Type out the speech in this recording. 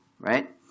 right